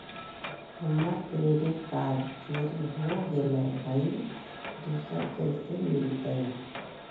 हमर credit card चोरी हो गेलय हई, दुसर कैसे मिलतई?